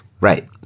right